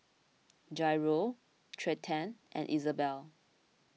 Jairo Trenten and Isabella